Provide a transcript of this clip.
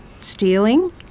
Stealing